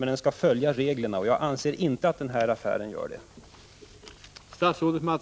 Men den skall följa reglerna, och jag anser inte att den här affären gör det.